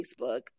Facebook